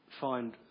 find